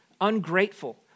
ungrateful